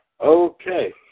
Okay